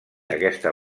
aquesta